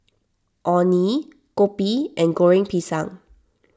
Orh Nee Kopi and Goreng Pisang